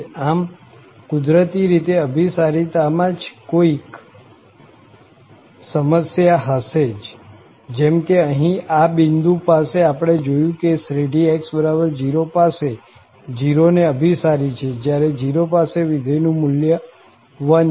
આમ કુદરતી રીતે અભીસારિતા માં જ કોઈક સમસ્યા હશે જ જેમ કે અહીં આ જ બિંદુ પાસે આપણે જોયું કે શ્રેઢી x0 પાસે 0 ને અભિસારી છે જયારે 0 પાસે વિધેયનું મુલ્ય 1 છે